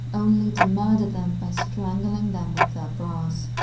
only to murder them by strangling them with their bras.